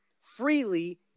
freely